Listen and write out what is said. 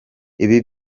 ibi